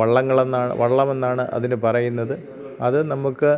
വള്ളങ്ങളെന്നാണ് വള്ളമെന്നാണ് അതിന് പറയുന്നത് അത് നമുക്ക്